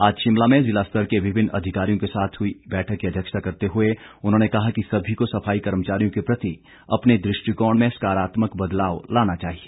आज शिमला में जिला स्तर के विभिन्न अधिकारियों के साथ हुई बैठक की अध्यक्षता करते हुए उन्होंने कहा कि सभी को सफाई कर्मचारियों के प्रति अपने दृष्टिकोण में सकारात्मक बदलाव लाना चाहिए